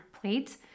plate